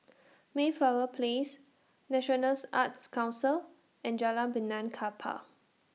Mayflower Place National Arts Council and Jalan Benaan Kapal